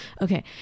okay